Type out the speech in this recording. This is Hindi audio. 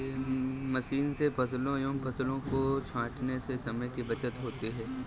मशीन से फलों एवं फसलों को छाँटने से समय की बचत होती है